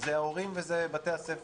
אלה ההורים ובתי הספר.